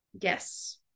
Yes